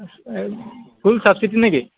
এই full subsidy নেকি